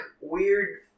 weird